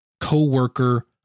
co-worker